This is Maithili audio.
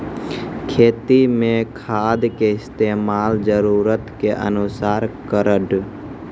खेती मे खाद के इस्तेमाल जरूरत के अनुसार करऽ